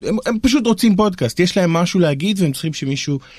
הם פשוט רוצים פודקאסט יש להם משהו להגיד והם צריכים שמישהו.